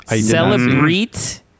Celebrate